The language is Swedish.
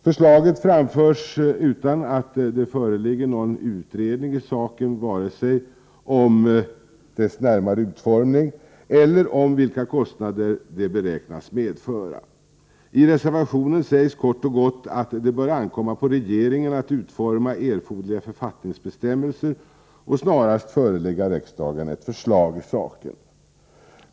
Förslaget framförs utan att det föreligger någon utredning i saken, varken om hjälpens närmare utformning eller om vilka kostnader den beräknas medföra. I reservationen sägs kort och gott, att det bör ankomma på regeringen att utforma erforderliga författningsbestämmelser och snarast förelägga riksdagen ett förslag i saken.